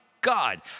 God